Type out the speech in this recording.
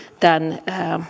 tämän